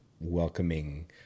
welcoming